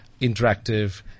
interactive